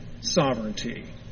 sovereignty